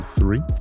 three